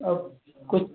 अब कुछ